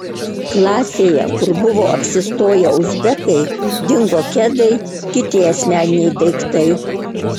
klasėje kur buvo apsistoję uzbekai dingo kedai kiti asmeniniai daiktai